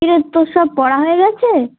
কিরে তোর সব পড়া হয়ে গিয়েছে